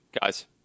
guys